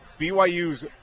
BYU's